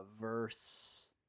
verse